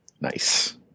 Nice